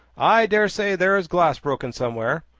i daresay there is glass broken somewhere.